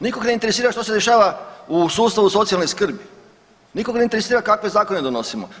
Nikog ne interesira što se dešava u sustavu socijalne skrbi, nikog ne interesira kakve zakone donosimo.